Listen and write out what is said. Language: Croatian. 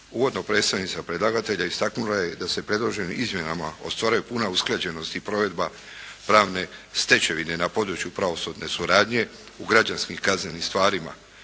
Uvodno predstavnica predlagatelja istaknula je da se predloženim izmjenama ostvaruje puna usklađenost i provedba pravne stečevine na području pravosudne suradnje u građanskim kaznenim stvarima.